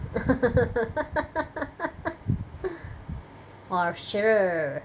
orh sure